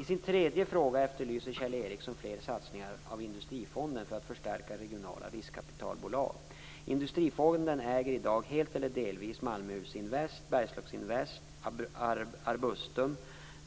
I sin tredje fråga efterlyser Kjell Ericsson fler satsningar av Industrifonden för att förstärka regionala riskkapitalbolag. Industrifonden äger i dag helt eller delvis Malmöhus Invest AB, Bergslagsinvest AB, Arbustum